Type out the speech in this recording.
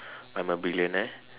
I'm a billionare